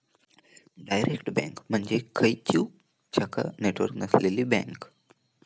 direct bank म्हणजे खंयचीव शाखा नेटवर्क नसलेली बँक